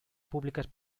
públicas